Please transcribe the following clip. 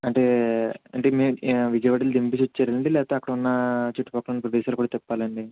అంటే అంటే మీరు విజయవాడ వెళ్ళి దింపేసి వచ్చేయాలా అండి లేకపోతే అక్కడున్న చుట్టుపక్కల్న ప్రదేశాలు కూడా తిప్పాలాండి